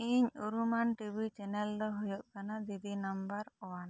ᱤᱧ ᱩᱨᱩᱢᱟᱱ TV channel ᱫᱚ ᱦᱩᱭᱩᱜ ᱠᱟᱱᱟ ᱵᱤᱵᱤ ᱱᱟᱢᱵᱟᱨ ᱳᱣᱟᱱ